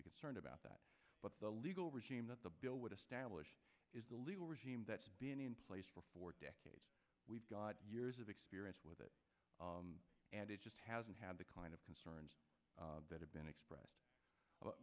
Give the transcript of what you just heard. be concerned about that but the legal regime that the bill would establish is the legal regime that's been in place for four decades we've got years of experience with it and it just hasn't had the kind of concerns that have been expressed